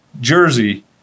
jersey